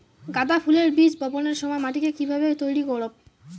গাদা ফুলের বীজ বপনের সময় মাটিকে কিভাবে তৈরি করব?